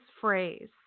phrase